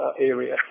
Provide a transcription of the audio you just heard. area